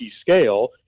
scale